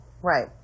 Right